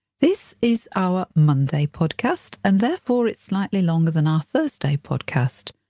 this is our monday podcast and therefore it's slightly longer than our thursday podcast.